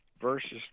versus